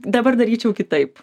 dabar daryčiau kitaip